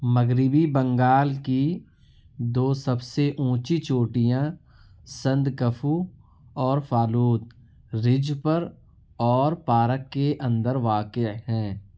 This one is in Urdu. مغربی بنگال کی دو سب سے اونچی چوٹیاں سندکفو اور فالوت رج پر اور پارک کے اندر واقع ہیں